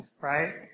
right